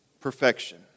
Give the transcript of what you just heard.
perfection